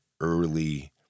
early